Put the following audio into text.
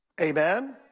Amen